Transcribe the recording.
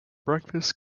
breakfast